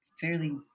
fairly